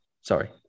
Sorry